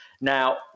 Now